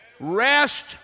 Rest